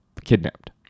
kidnapped